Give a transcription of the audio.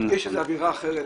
יש אווירה אחרת.